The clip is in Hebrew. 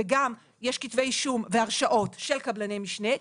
וגם כתבי אישום והרשעות של קבלני משנה.